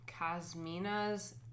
Casmina's